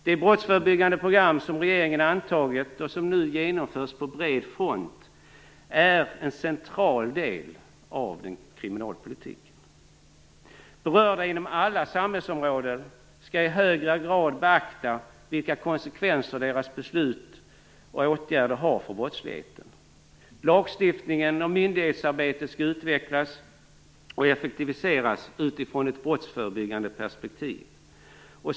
Det brottsförebyggande program som regeringen antagit och som nu genomförs på bred front är en central del av den kriminalpolitiken. Berörda inom alla samhällsområden skall i högre grad beakta vilka konsekvenser deras beslut och åtgärder har för brottsligheten. Lagstiftningen och myndighetsarbetet skall utvecklas och effektiviseras utifrån ett brottsförebyggande perspektiv.